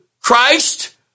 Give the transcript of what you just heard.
Christ